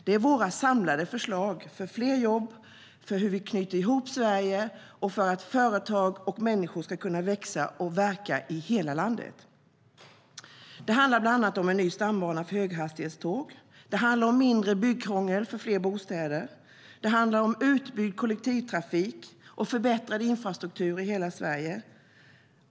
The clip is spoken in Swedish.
Det är våra samlade förslag för fler jobb, för hur vi knyter ihop Sverige och för att företag och människor ska kunna växa och verka i hela landet. Det handlar bland annat om en ny stambana för höghastighetståg, mindre byggkrångel för fler bostäder, utbyggd kollektivtrafik och förbättrad infrastruktur i hela Sverige.